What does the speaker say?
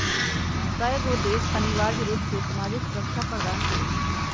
कयगो देश अनिवार्ज रूप से सामाजिक सुरक्षा प्रदान करई छै